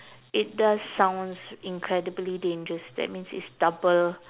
it does sounds incredibly dangerous that means it's double